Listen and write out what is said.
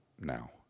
now